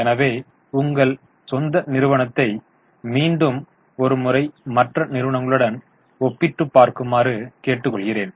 எனவே உங்கள் சொந்த நிறுவனத்தை மீண்டும் ஒரு முறை மற்ற நிறுவனங்களுடன் ஒப்பிட்டுப் பார்க்குமாறு கேட்டுக்கொள்கிறேன்